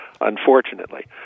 unfortunately